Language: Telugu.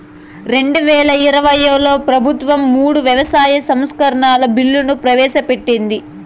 రెండువేల ఇరవైలో ప్రభుత్వం మూడు వ్యవసాయ సంస్కరణల బిల్లులు ప్రవేశపెట్టింది